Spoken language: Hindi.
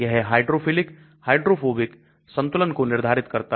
यह हाइड्रोफिलिक हाइड्रोफोबिक संतुलन को निर्धारित करता है